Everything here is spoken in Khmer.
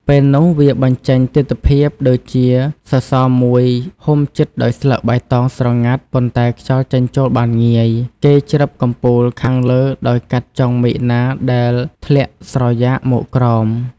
ពេលនោះវាបញ្ចេញ ទិដ្ឋភាពដូចជាសរសរមូលមួយហ៊ុំជិតដោយស្លឹកបៃតងស្រងាត់ ប៉ុន្តែខ្យល់ចេញចូលបានងាយ គេច្រឹបកំពូលខាងលើដោយកាត់ចុងមែកណាដែលធ្លាក់ស្រយាកមកក្រោម។